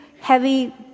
heavy